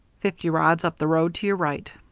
fifty rods up the road to your right.